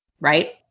Right